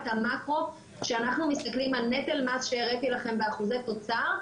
המקרו שאנחנו מסתכלים על נטל מס שהראיתי לכם באחוזי תוצר,